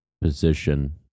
position